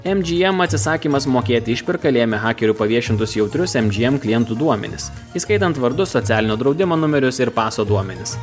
mgm atsisakymas mokėti išpirką lėmė hakerių paviešintus jautrius mgm klientų duomenis įskaitant vardus socialinio draudimo numerius ir paso duomenis